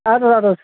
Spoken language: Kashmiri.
اد حظ اد حظ